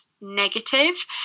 negative